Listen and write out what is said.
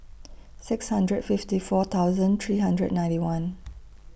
six hundred fifty four thousand three hundred ninety one